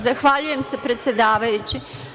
Zahvaljujem se predsedavajući.